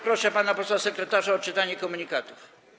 Proszę pana posła sekretarza o odczytanie komunikatów.